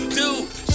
dude